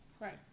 Right